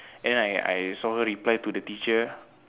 then I I saw her reply to the teacher